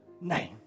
name